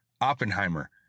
Oppenheimer